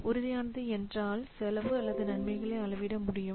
உறுதியானது என்றால் செலவு அல்லது நன்மைகளை அளவிட முடியும்